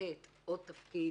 לתת עוד תפקיד,